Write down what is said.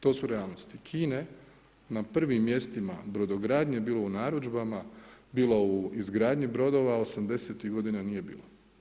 To su realnosti, Kine, na prvim mjestima brodogradnje bilo u narudžbama, bilo u izgradnji brodova 80.-tih godina nije bilo.